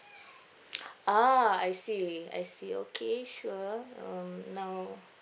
ah I see I see okay sure um now